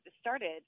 started